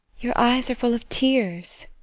your eyes are full of tears!